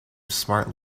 smart